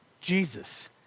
Jesus